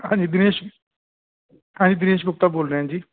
ਹਾਂਜੀ ਦਿਨੇਸ਼ ਹਾਂਜੀ ਦਿਨੇਸ਼ ਗੁਪਤਾ ਬੋਲ ਰਿਹਾ ਜੀ